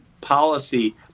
policy